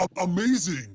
Amazing